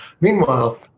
Meanwhile